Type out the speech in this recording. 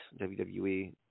WWE